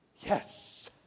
yes